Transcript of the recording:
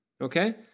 Okay